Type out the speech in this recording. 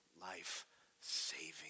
life-saving